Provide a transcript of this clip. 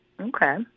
Okay